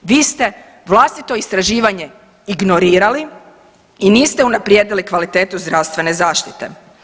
Vi ste vlastito istraživanje ignorirali i niste unaprijedili kvalitetu zdravstvene zaštite.